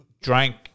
Drank